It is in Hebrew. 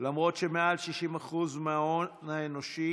למרות שמעל 60% מההון האנושי